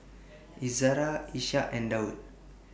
Izara Ishak and Daud